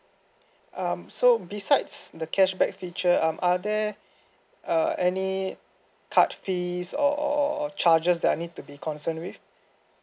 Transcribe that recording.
um so besides the cashback feature um are there uh any card fees or or charges that I need to be concerned with